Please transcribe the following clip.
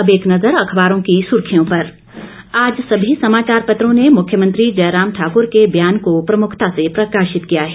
अब एक नजर अखबारों की सुर्खियों पर आज सभी समाचापत्रों ने मुख्यमंत्री जयराम ठाकुर के बयान को प्रमुखता से प्रकाशित किया है